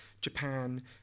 Japan